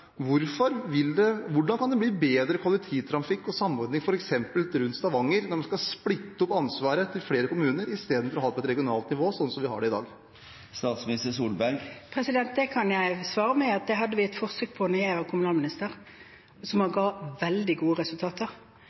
Hvordan kan det bli bedre kollektivtrafikk og samordning f.eks. rundt Stavanger når man skal splitte opp ansvaret på flere kommuner i stedet for å ha det på regionalt nivå, slik vi har i dag? På det kan jeg svare at vi hadde et forsøk da jeg var kommunalminister som ga veldig gode resultater,